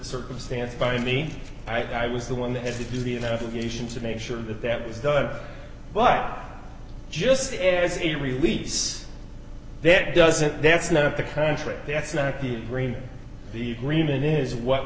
circumstance by me i was the one that has the duty and obligation to make sure that that was done but just as a release that doesn't that's not the contract that's not the brain the greenman is what